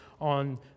on